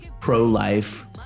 pro-life